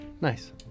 Nice